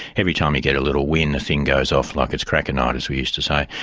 every time you get a little win the thing goes off like it's cracker night, as we used to say.